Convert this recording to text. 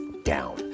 down